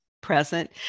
present